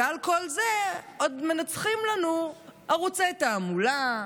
ועל כל זה עוד מנצחים לנו ערוצי תעמולה,